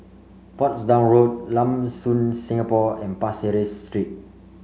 Portsdown Road Lam Soon Singapore and Pasir Ris Street